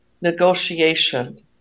negotiation